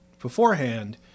beforehand